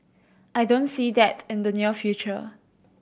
I don't see that in the near future